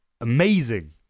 amazing